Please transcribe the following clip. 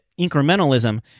incrementalism